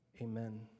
Amen